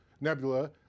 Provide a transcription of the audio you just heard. nebula